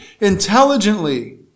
intelligently